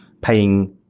paying